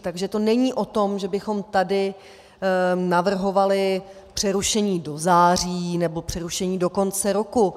Takže to není o tom, že bychom tady navrhovali přerušení do září nebo přerušení do konce roku.